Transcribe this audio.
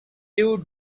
you